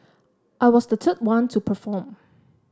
I was the third one to perform